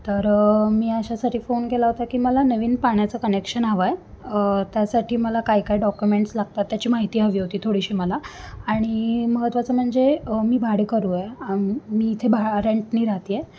तर मी अशासाठी फोन केला होता की मला नवीन पाण्याचं कनेक्शन हवं आहे त्यासाठी मला काय काय डॉक्युमेंट्स लागतात त्याची माहिती हवी होती थोडीशी मला आणि महत्त्वाचं म्हणजे मी भाडे करू आहे मी इथे भा रेंटनी राहत आहे